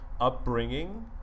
upbringing